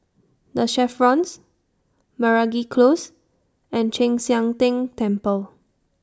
The Chevrons Meragi Close and Chek Sian Tng Temple